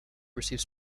receive